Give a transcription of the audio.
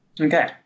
Okay